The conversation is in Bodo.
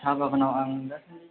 साहा बागानाव आं दासान्दि